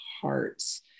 hearts